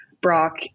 Brock